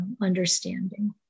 understanding